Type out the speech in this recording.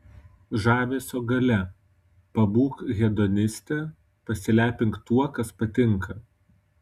žavesio galia pabūk hedoniste pasilepink tuo kas patinka